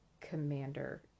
commander